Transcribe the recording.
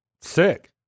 Sick